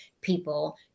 people